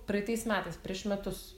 praeitais metais prieš metus